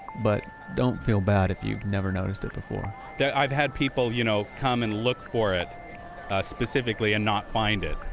but don't feel bad if you've never noticed it before yeah i've had people, you know, come and look for it ah specifically and not find it.